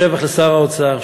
שבח לשר האוצר,